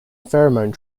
pheromone